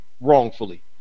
wrongfully